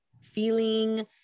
feeling